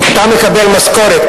אתה מקבל משכורת,